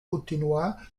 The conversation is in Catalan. continuà